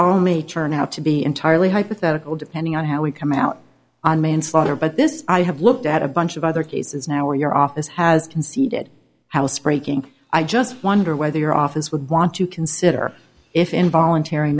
all may turn out to be entirely hypothetical depending on how we come out on manslaughter but this i have looked at a bunch of other cases now where your office has conceded housebreaking i just wonder whether your office would want to consider if involuntary